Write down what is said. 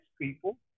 people